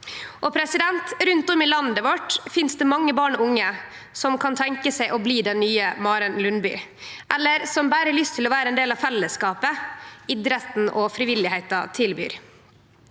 For ei dame! Rundt om i landet finst det mange barn og unge som kan tenkje seg å bli den nye Maren Lundby, eller som berre har lyst til å vere ein del av fellesskapet idretten og frivilligheita tilbyr.